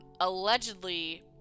Allegedly